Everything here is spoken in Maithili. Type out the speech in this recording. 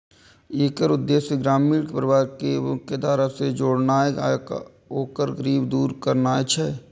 एकर उद्देश्य ग्रामीण गरीब परिवार कें मुख्यधारा सं जोड़नाय आ ओकर गरीबी दूर करनाय छै